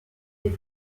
des